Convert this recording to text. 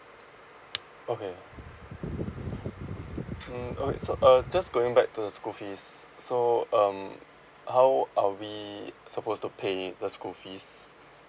okay mm okay so uh just going back to the school fees so um how are we supposed to pay the school fees